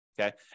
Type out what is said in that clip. okay